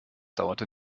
dauerte